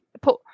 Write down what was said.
put